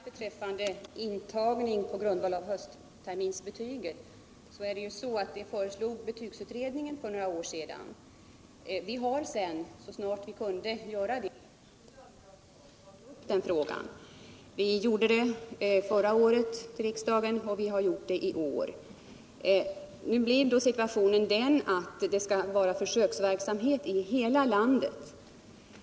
Herr talman! Intagning på grundval av höstterminsbetygen föreslog betygsutredningen för några år sedan. Vi har sedan från socialdemokratiskt håll tagit upp frågan så snart vi kunnat göra det. Vi gjorde det till förra årets riksmöte och vi har gjort det i år. Nu skall det ändå vara försöksverksamhet över hela landet.